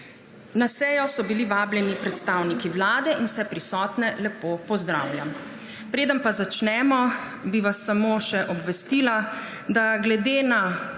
Na sejo so bili vabljeni predstavniki vlade in vse prisotne lepo pozdravljam. Preden začnemo, bi vas samo še obvestila, da glede na